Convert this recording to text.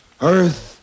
Earth